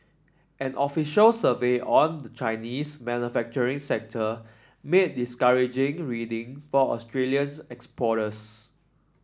an official survey on the Chinese manufacturing sector made discouraging reading for Australians exporters